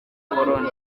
n’abakoloni